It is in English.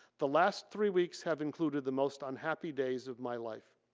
the last three weeks have included the most unhappy days of my life.